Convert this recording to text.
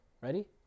ready